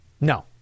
no